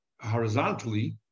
horizontally